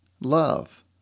love